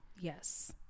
Yes